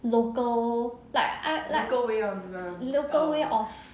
local like I like local way of